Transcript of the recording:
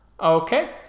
Okay